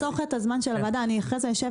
תן לי את הנקודות האלה, אני אבדוק אותן.